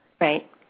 Right